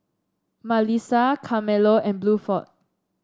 Malissa Carmelo and Bluford